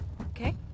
Okay